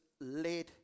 led